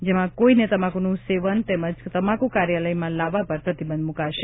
જેમાં કોઈને તમાકુનું સેવન તેમજ તમાકુ કાર્યાલયમાં લાવેવા પર પ્રતિબંધ મૂકાશે